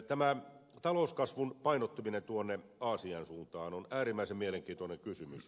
tämä talouskasvun painottuminen aasian suuntaan on äärimmäisen mielenkiintoinen kysymys